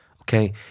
okay